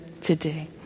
today